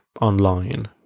online